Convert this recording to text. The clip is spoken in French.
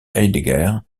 heidegger